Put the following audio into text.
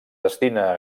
destina